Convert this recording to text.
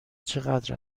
چقدر